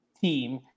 team